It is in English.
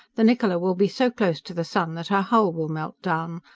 the niccola will be so close to the sun that her hull will melt down.